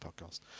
podcast